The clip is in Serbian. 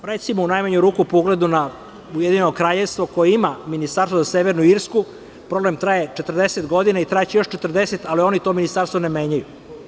Recimo u najmanju ruku u pogledu na ujedinjeno kraljevstvo koje ima ministarstvo za severnu Irsku, problem traje 40 godina i trajaće još 40, ali oni to ministarstvo ne menjaju.